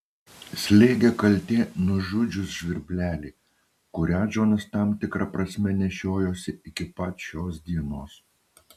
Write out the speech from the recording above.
slėgė kaltė nužudžius žvirblelį kurią džonas tam tikra prasme nešiojosi iki pat šios dienos